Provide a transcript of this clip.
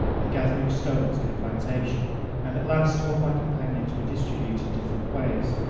and gathering stones in a plantation and at last all my companions were distributed different ways,